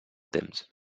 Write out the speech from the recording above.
temps